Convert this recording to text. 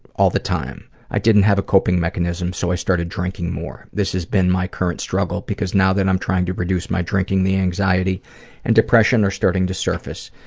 all the time. i didn't have a coping mechanism, so i started drinking more. this has been my current struggle, because now that i'm trying to reduce my drinking, the anxiety and depression are starting to surface.